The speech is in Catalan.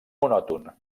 monòton